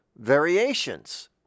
variations